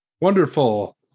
Wonderful